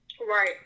Right